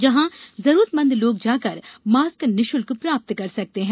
यहां जरूरत मंद लोग जाकर मास्क निःशुल्क प्राप्त कर सकते हैं